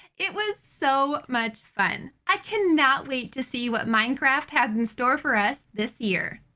it was so much fun. i cannot wait to see what minecraft has in store for us this year.